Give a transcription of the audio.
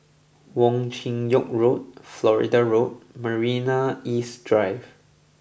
Wong Chin Yoke Road Florida Road and Marina East Drive